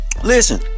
listen